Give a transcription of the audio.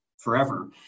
forever